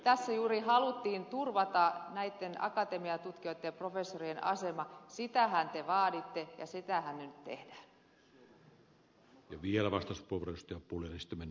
tässä juuri haluttiin turvata näitten akatemiatutkijoitten ja professorien asema sitähän te vaaditte ja sitähän nyt tehdään